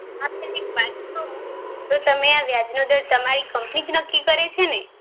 એક વાત કહું તો તમે આ વ્યાજનો દર તમારી કંપની જ નક્કી કરે છે ને